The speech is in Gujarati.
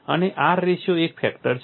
અને R રેશિયો એક ફેક્ટર છે